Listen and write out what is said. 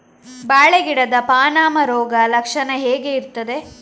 ಬಾಳೆ ಗಿಡದ ಪಾನಮ ರೋಗ ಲಕ್ಷಣ ಹೇಗೆ ಇರ್ತದೆ?